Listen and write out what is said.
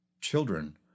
children